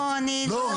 לא, אני לא.